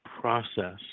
process